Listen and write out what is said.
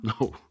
No